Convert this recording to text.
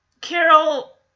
Carol